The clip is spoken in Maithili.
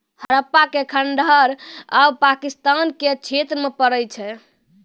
हड़प्पा के खंडहर आब पाकिस्तान के क्षेत्र मे पड़ै छै